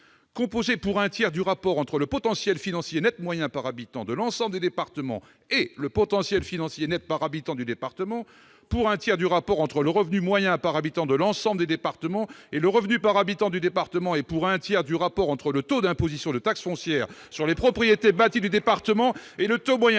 composé pour un tiers du rapport entre le potentiel financier net moyen par habitant de l'ensemble des départements et le potentiel financier net par habitant du département, pour un tiers du rapport entre le revenu moyen par habitant de l'ensemble des départements et le revenu par habitant du département et pour un tiers du rapport entre le taux d'imposition de taxe foncière sur les propriétés bâties du département et le taux moyen